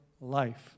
life